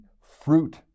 fruit